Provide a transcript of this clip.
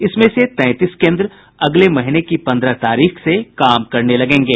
इसमें से तैंतालीस कोन्द्र अगले महीने की पन्द्रह तारीख से काम करने लगेंगे